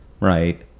right